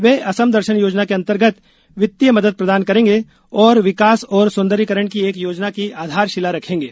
वे असम दर्शन योजना के अंतर्गत वित्तीय मदद प्रदान करेंगे और विकास और सौन्दजर्यीकरण की एक योजना की आधारशिला रखेगें